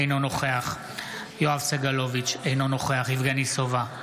אינו נוכח יואב סגלוביץ' אינו נוכח יבגני סובה,